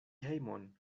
hejmon